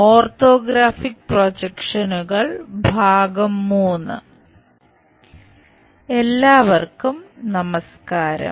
orthographic പ്രൊജക്ഷനുകൾ I എല്ലാവർക്കും നമസ്ക്കാരം